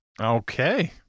Okay